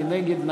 מי נגד?